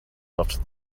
left